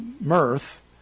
mirth